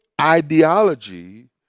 ideology